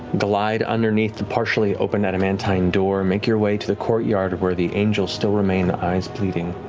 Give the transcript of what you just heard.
glide underneath the partially opened adamantine door. make your way to the courtyard where the angels still remain, eyes bleeding.